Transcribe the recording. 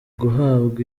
guhabwa